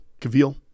Kavil